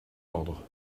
ordre